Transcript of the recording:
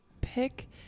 pick